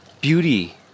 beauty